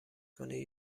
کنید